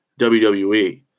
WWE